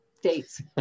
Dates